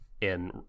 in-